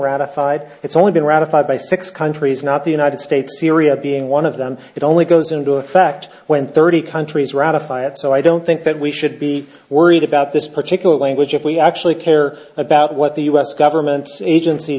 ratified it's only been ratified by six countries not the united states syria being one of them it only goes into effect when thirty countries ratify it so i don't think that we should be worried about this particular language if we actually care about what the u s government agenc